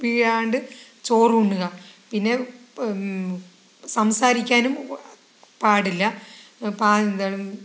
വീഴാണ്ട് ചോറുണ്ണുക പിന്നെ സംസാരിക്കാനും പാടില്ല എന്താണ്